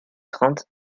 trente